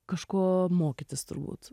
kažko mokytis turbūt